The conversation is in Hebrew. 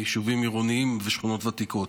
יישובים עירוניים ושכונות ותיקות.